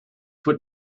what